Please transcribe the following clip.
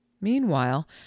meanwhile